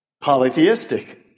Polytheistic